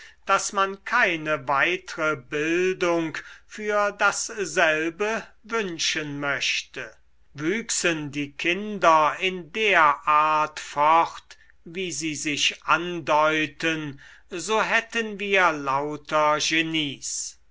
daß man keine weitre bildung für dasselbe wünschen möchte wüchsen die kinder in der art fort wie sie sich andeuten so hätten wir lauter genies